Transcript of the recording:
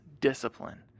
discipline